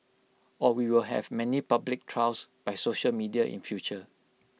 or we will have many public trials by social media in future